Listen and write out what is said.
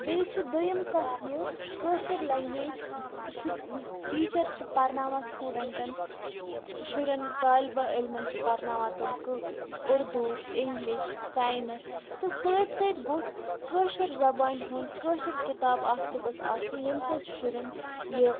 بیٚیہِ چھِ دۄیِم کَتھ یہِ کٲشِر لنٛگویج سُہ ٹیٖچَر چھِ پَرناوان سٹوٗڈَنٹَن شُرٮ۪ن طالبہٕ علمَن چھِ پَرناوان تٕم اُردو اِنگلِش ساینَس تہٕ سۭتۍ سۭتۍ گوٚژھ کٲشِر زبانہِ ہُنٛد کٲشِر کِتاب اَکھ تہِ گٔژھ آسٕنۍ ییٚمہِ سۭتۍ شُرٮ۪ن یہِ